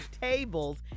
tables